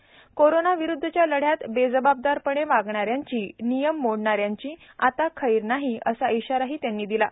कोरोनाविरुद्धच्या लढ्यात बेजबाबदारपणे वागणाऱ्यांची नियम मोडणाऱ्यांची आता खैर नाही असा इशाराही त्यांनी दिला आहे